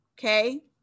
okay